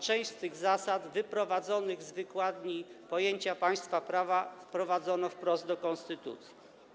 Część tych zasad, wyprowadzonych z wykładni pojęcia państwa prawa, wprowadzono wprost do konstytucji.